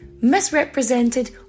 misrepresented